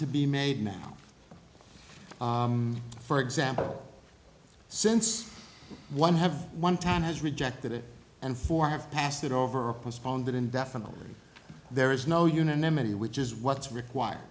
to be made now for example since one have one time has rejected it and four have passed it over a postponed indefinitely there is no unanimity which is what's require